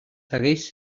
segueix